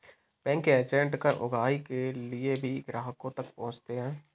bank के agent कर उगाही के लिए भी ग्राहकों तक पहुंचते हैं